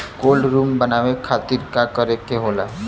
Cold room बनावे खातिर का करे के होला?